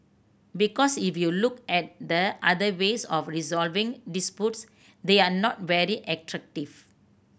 because if you look at the other ways of resolving disputes they are not very attractive